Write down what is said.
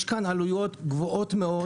יש פה עלויות גבוהות מאוד